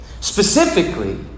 Specifically